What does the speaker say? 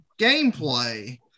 gameplay